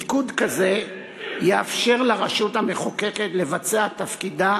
מיקוד כזה יאפשר לרשות המחוקקת לבצע תפקידה